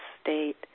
state